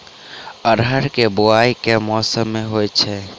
अरहर केँ बोवायी केँ मौसम मे होइ छैय?